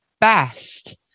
best